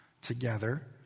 together